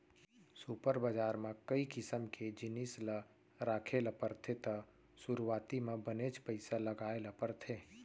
super बजार म कई किसम के जिनिस ल राखे ल परथे त सुरूवाती म बनेच पइसा लगाय ल परथे